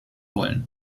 wollen